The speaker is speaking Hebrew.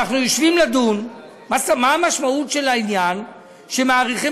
אנחנו יושבים לדון במשמעות של העניין שמאריכים